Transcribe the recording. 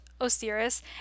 Osiris